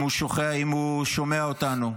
אם הוא שומע אותנו,